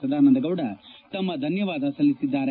ಸದಾನಂದ ಗೌಡ ತಮ್ಮ ಧನ್ನವಾದ ಸಲ್ಲಿಸಿದ್ದಾರೆ